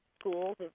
schools